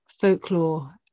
folklore